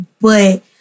but-